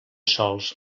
sols